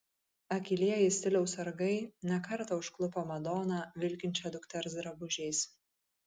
akylieji stiliaus sargai ne kartą užklupo madoną vilkinčią dukters drabužiais